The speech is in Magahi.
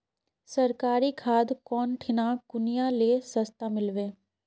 सरकारी खाद कौन ठिना कुनियाँ ले सस्ता मीलवे?